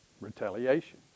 retaliation